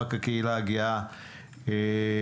מאבק הקהילה הגאה לשוויון.